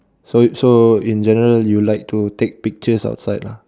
so so in general you like to take pictures outside lah